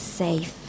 safe